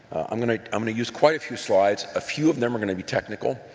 i'm going to going to use quite a few slides. a few of them are going to be technical.